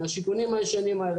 מהשיכונים הישנים האלה,